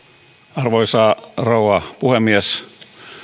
arvoisa rouva puhemies